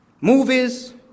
movies